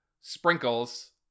sprinkles